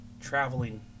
traveling